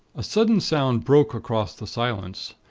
a sudden sound broke across the silence.